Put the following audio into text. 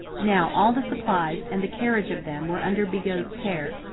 now, all the supplies and the carriage of them were under bigot's care.